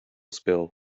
spill